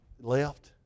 left